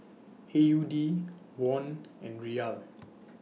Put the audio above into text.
A U D Won and Riyal